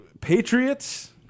Patriots